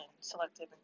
selective